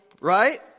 right